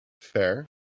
Fair